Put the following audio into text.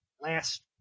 last